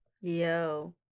Yo